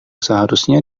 seharusnya